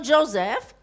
Joseph